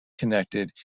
connected